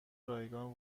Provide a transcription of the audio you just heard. رایگان